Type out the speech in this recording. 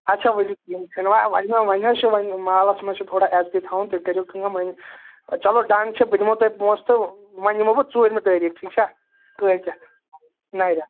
اَچھا ؤلِو کِہیٖنٛۍ چھُنہٕ وۅنۍ وۅنۍ حظ چھِ وۅنۍ مَحلَس مَنٛز چھِ تھوڑا عزتھے تھاوُن تُہۍ کٔرِو کٲم أنِو چلو ڈَن چھُ بہٕ دِمو تۄہہِ پۅنٛسہٕ تہٕ وۅنۍ یِمو بہٕ ژوٗرمہِ تٲریٖخ ٹھیٖک چھا کٲلۍ کٮ۪تھ نَیہِ رٮ۪تہِ